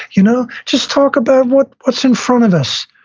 you know just talk about what's what's in front of us.